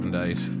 days